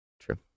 true